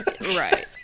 right